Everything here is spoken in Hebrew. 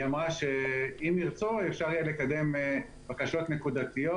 היא אמרה שאם יהיה צורך אפשר יהיה לקדם בקשות נקודתיות